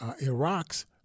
Iraq's